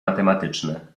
matematyczne